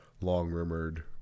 long-rumored